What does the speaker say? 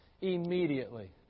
Immediately